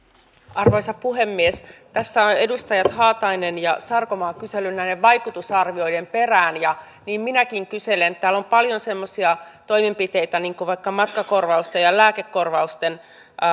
arvoisa puhemies tässä ovat edustajat haatainen ja sarkomaa kyselleet näiden vaikutusarvioiden perään ja niin minäkin kyselen täällä on paljon semmoisia toimenpiteitä niin kuin vaikka matkakorvausten ja lääkekorvausten